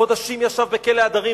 חודשים ישב בכלא "הדרים",